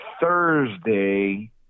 thursday